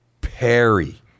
Perry